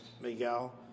Miguel